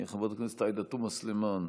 חברת הכנסת עאידה תומא סלימאן,